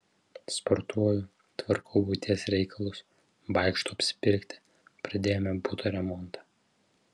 sportuoju tvarkau buities reikalus vaikštau apsipirkti pradėjome buto remontą